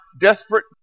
desperate